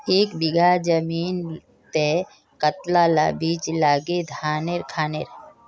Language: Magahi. एक बीघा जमीन तय कतला ला बीज लागे धानेर खानेर?